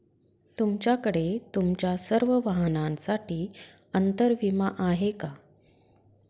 तुमच्याकडे तुमच्या सर्व वाहनांसाठी अंतर विमा आहे का